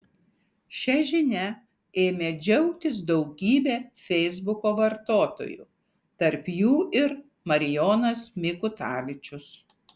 šia žinia ėmė džiaugtis daugybė feisbuko vartotojų tarp jų ir marijonas mikutavičius